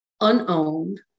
unowned